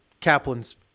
Kaplan's